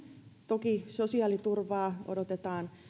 toki sosiaaliturvaa odotetaan